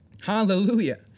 Hallelujah